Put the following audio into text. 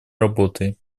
работы